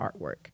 artwork